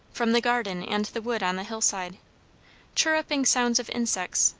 from the garden and the wood on the hillside chirruping sounds of insects,